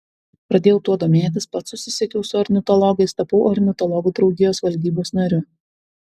pradėjau tuo domėtis pats susisiekiau su ornitologais tapau ornitologų draugijos valdybos nariu